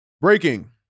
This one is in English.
breaking